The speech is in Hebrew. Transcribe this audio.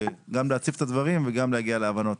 גם להציף את הדברים וגם להגיע להבנות.